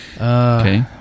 Okay